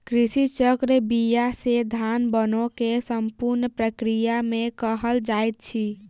कृषि चक्र बीया से धान बनै के संपूर्ण प्रक्रिया के कहल जाइत अछि